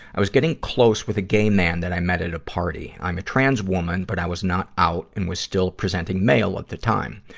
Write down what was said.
i was getting close with a gay man that i met at a party. i'm a transwoman, but i was not out and was still presenting male at the time.